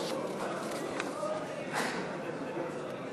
וזה יחזור אלינו כבומרנג, ולא נעצור את